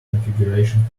configuration